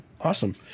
awesome